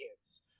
kids